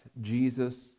Jesus